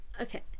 Okay